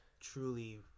truly